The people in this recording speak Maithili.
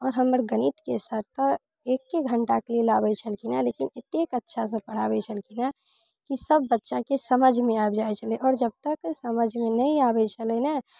आओर हमर गणितके सर तऽ एके घण्टाके लेल आबै छलखिन हँ लेकिन एतेक अच्छासँ पढ़ाबै छलखिन हँ की सब बच्चाके समझमे आबि जाइ छलै आओर जब तक समझमे नहि आबै छलै ने